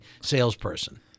salesperson